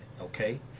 Okay